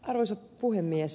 arvoisa puhemies